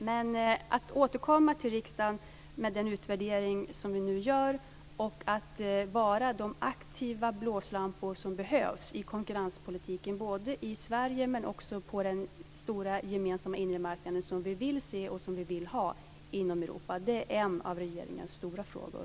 Men att återkomma till riksdagen med den utvärdering som vi nu gör och att vara de aktiva blåslampor som behövs i konkurrenspolitiken, i Sverige men också på den stora gemensamma inre marknaden som vi vill se och som vi vill ha inom Europa, det är en av regeringens stora frågor.